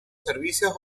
servicios